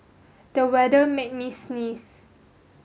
the weather made me sneeze